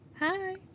Hi